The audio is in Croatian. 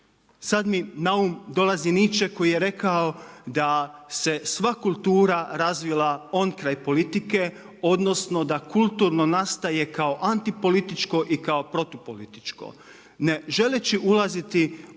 Sad mi na um dolazi Nietzsche koji je rekao da se sva kultura razvila onkraj politike odnosno da kulturno nastaje kao antipolitičko i kao protupolitičko. Ne želeći ulaziti u